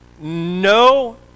No